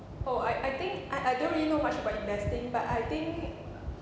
oh I I think I I don't really know much about investing but I think